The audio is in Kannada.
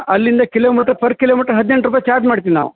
ಅಲ್ಲಿಂದ ಕಿಲೋಮೀಟ್ರ್ ಪರ್ ಕಿಲೋಮೀಟ್ರ್ ಹದ್ನೆಂಟು ರುಪಾಯ್ ಚಾರ್ಜ್ ಮಾಡ್ತಿವಿ ನಾವು